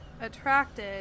attracted